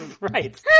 Right